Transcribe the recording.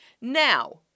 Now